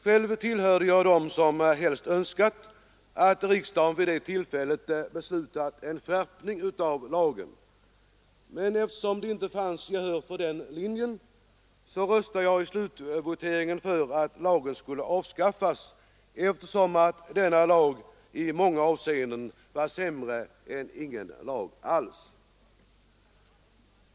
Själv tillhörde jag dem som helst önskat att riksdagen vid det tillfället hade beslutat en skärpning av lagen, men eftersom det inte fanns gehör för den linjen röstade jag i slutvoteringen för att lagen skulle avskaffas, eftersom denna lag i många avseenden var sämre än ingen lag alls.